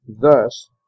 Thus